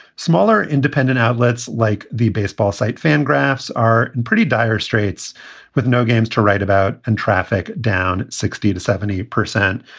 smaller independent outlets like the baseball site fangraphs are and pretty dire straits with no games to write about and traffic down sixty to seventy percent.